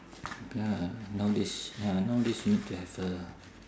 ya nowadays ya nowadays you need to have a